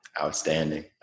outstanding